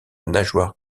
nageoire